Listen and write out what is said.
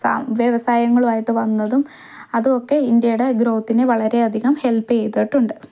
സ വ്യവസായങ്ങളുമായിട്ടു വന്നതും അതൊക്കെ ഇന്ത്യയുടെ ഗ്രോത്തിനെ വളരെയധികം ഹെൽപ് ചെയ്തിട്ടുണ്ട്